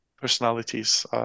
personalities